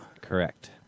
Correct